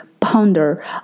ponder